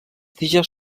tiges